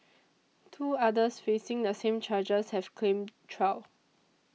two others facing the same charges have claimed trial